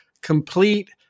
complete